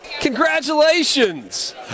Congratulations